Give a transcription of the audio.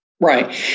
Right